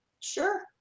sure